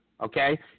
okay